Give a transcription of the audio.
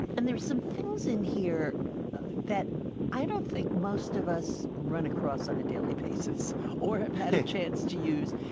and there are some things in here that i don't think most of us run across on a daily basis or have had a chance to use.